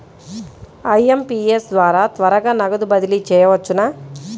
IMPS ద్వారా త్వరగా నగదు బదిలీ చేయవచ్చునా?